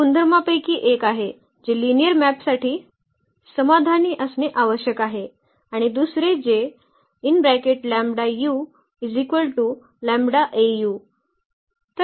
हे गुणधर्मांपैकी एक आहे जे लिनिअर मॅपसाठी समाधानी असणे आवश्यक आहे आणि दुसरे जे